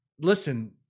listen